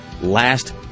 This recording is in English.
last